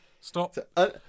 Stop